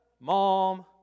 Mom